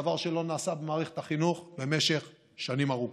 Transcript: דבר שלא נעשה במערכת החינוך במשך שנים ארוכות.